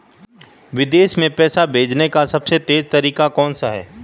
विदेश में पैसा भेजने का सबसे तेज़ तरीका कौनसा है?